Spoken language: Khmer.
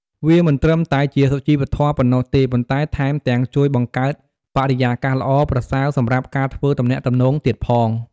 វាមិនត្រឹមតែជាសុជីវធម៌ប៉ុណ្ណោះទេ ប៉ុន្តែថែមទាំងជួយបង្កើតបរិយាកាសល្អប្រសើរសម្រាប់ការធ្វើទំនាក់ទំនងទៀតផង។